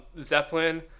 Zeppelin